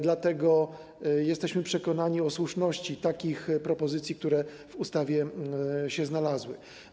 Dlatego jesteśmy przekonani o słuszności takich propozycji, które w ustawie się znalazły.